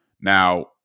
Now